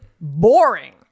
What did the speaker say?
boring